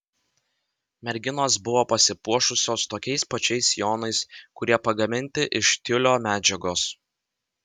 merginos buvo pasipuošusios tokiais pačiais sijonais kurie pagaminti iš tiulio medžiagos